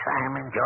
Simon